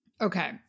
Okay